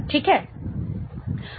ठीक है